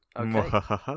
Okay